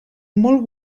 molt